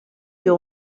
you